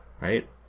right